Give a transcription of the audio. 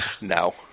No